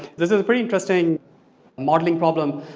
this is a pretty interesting modeling problem.